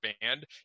band